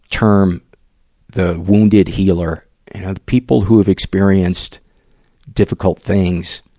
term the wounded healer. you know, the people who have experienced difficult things